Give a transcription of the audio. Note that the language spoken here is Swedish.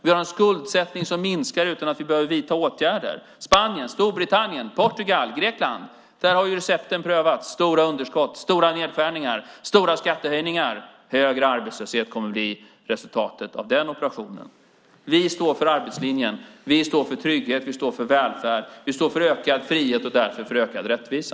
Vi har en skuldsättning som minskar utan att vi behöver vidta åtgärder. I Spanien, Storbritannien, Portugal och Grekland har recepten prövats med stora underskott, stora nedskärningar och stora skattehöjningar. Högre arbetslöshet kommer att bli resultatet av den operationen. Vi står för arbetslinjen, vi står för trygghet, vi står för välfärd, vi står för ökad frihet och därför för ökad rättvisa.